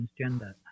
transgender